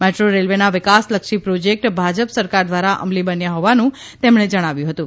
metro રેલવેના વિકાસલક્ષી project Bhajpa સરકાર ધ્વારા અમલી બન્યા હોવાનું તેમણે જણાવ્યું હતું